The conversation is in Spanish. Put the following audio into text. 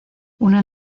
una